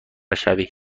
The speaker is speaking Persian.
شوی